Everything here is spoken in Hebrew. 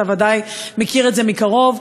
אתה ודאי מכיר את זה מקרוב.